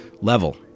level